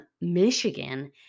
Michigan